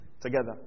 together